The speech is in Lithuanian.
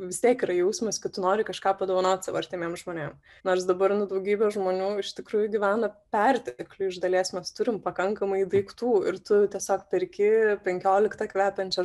vis tiek yra jausmas kad tu nori kažką padovanot savo artimiem žmonėm nors dabar nu daugybė žmonių iš tikrųjų gyvena pertekliuj iš dalies mes turim pakankamai daiktų ir tu tiesiog perki penkioliktą kvepiančią